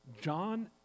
John